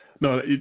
No